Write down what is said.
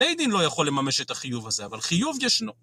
בית דין לא יכול לממש את החיוב הזה, אבל חיוב ישנו.